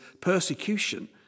persecution